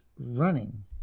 running